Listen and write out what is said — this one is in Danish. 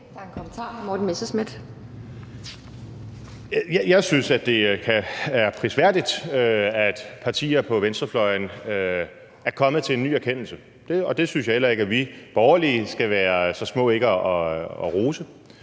Jeg synes, det er prisværdigt, at partier på venstrefløjen er kommet til en ny erkendelse. Det synes jeg heller ikke at vi borgerlige skal være så små ikke at rose.